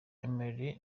emery